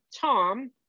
Tom